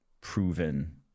proven